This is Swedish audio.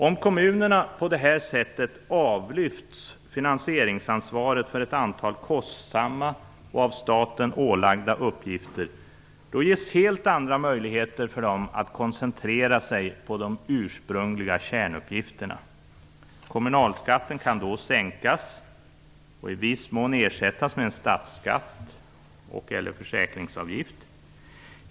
Om kommunerna på det här sättet avlyfts finansieringsansvaret för ett antal kostsamma och av staten ålagda uppgifter ges helt andra möjligheter för dem att koncentrera sig på de ursprungliga kärnuppgifterna. Kommunalskatten kan då sänkas och i viss mån ersättas med en statsskatt och/eller försäkringsavgift.